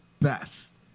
best